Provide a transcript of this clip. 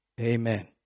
Amen